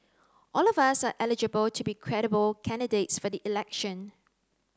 all of us are eligible to be credible candidates for the election